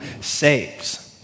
saves